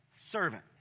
servant